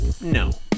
No